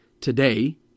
today